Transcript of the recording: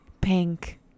Pink